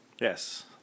Yes